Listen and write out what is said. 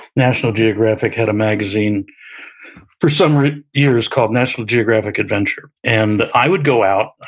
national geographic had a magazine for some years called, national geographic adventure. and i would go out,